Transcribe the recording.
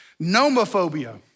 Nomophobia